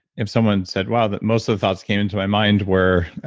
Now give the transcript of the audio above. if someone said, wow, that most of the thoughts came into my mind were,